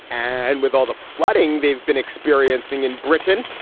and with all the flooding they've been experiencing in britain.